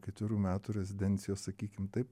ketverių metų rezidencijos sakykim taip